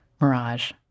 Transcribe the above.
mirage